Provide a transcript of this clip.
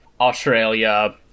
Australia